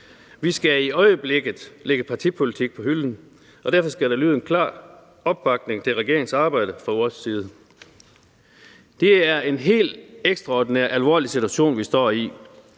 Vi skal i øjeblikket lægge partipolitik på hylden, og derfor skal der lyde en klar opbakning til regeringens arbejde fra vores side. Det er en helt ekstraordinært alvorlig situation, vi står i.